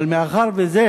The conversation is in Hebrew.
אבל מאחר שזה